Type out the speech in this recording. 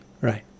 Right